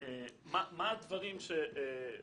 לדרך הפעולה באינטרנט,